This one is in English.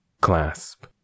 Clasp